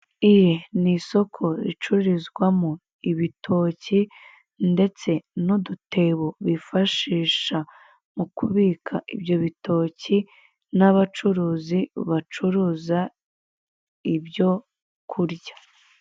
Iri ni isoko ricururizwamo ibitoki, ndetse n'udutebo bifashisha mukubika ibyo bitoki, n'abacuruzi bacuruza ibyo kurya.